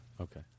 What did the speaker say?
Okay